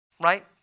Right